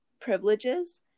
privileges